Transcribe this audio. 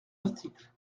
article